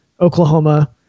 Oklahoma